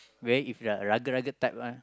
where if ah Ruggle Ruggle type one